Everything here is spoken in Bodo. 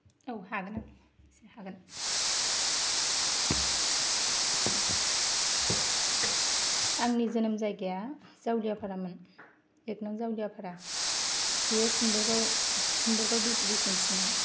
औ हागोन आं इसे हागोन आंनि जोनोम जायगाया जावलियाफारामोन एक नं जावलियाफारा बेयो सिम्बोरगाव सिम्बोरगाव बि सि डि सि नि सिङाव